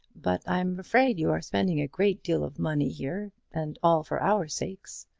but i'm afraid you are spending a great deal of money here and all for our sakes.